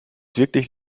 wirklich